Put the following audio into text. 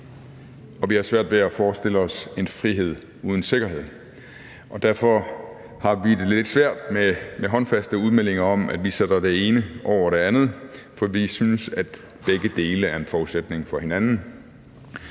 og vi har svært ved at forestille os en frihed uden sikkerhed, og derfor har vi det lidt svært med håndfaste udmeldinger om, at vi sætter det ene over det andet. For vi synes, at begge dele er en forudsætning for hinanden.